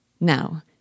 Now